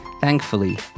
thankfully